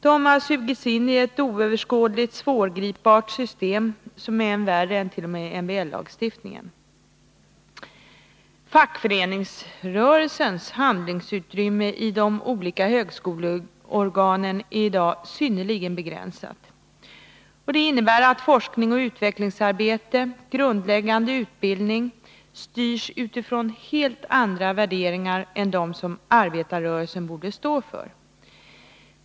De har sugits in i ett oöverskådligt, svårgripbart system som är värre än t.o.m. MBL-lagstiftningen. Fackföreningsrörelsens handlingsutrymme i de olika högskoleorganen är i dag synnerligen begränsat. Det innebär att forskning och utvecklingsarbete och grundläggande utbildning styrs utifrån helt andra värderingar än de som arbetarrörelsen borde stå för.